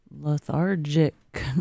lethargic